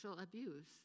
abuse